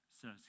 says